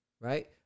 right